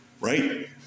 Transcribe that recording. right